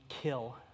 kill